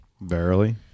barely